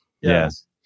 Yes